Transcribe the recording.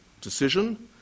decision